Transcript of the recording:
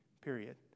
period